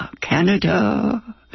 Canada